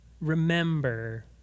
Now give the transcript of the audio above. remember